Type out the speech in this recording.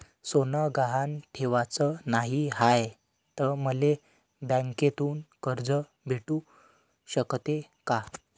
सोनं गहान ठेवाच नाही हाय, त मले बँकेतून कर्ज भेटू शकते का?